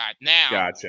Now